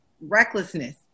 recklessness